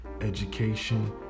education